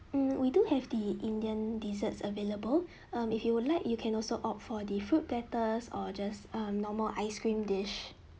hmm we do have the indian desserts available um if you would like you can also opt for the fruit platters or just um normal ice cream dish